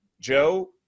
Joe